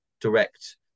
direct